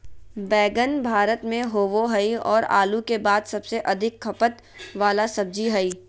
बैंगन भारत में होबो हइ और आलू के बाद सबसे अधिक खपत वाला सब्जी हइ